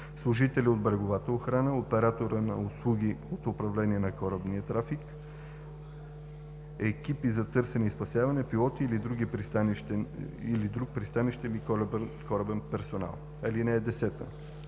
служители от бреговата охрана, оператора на услуги по управление на корабния трафик, екипи за търсене и спасяване, пилоти или друг пристанищен или корабен персонал. (10) Всяко